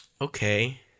Okay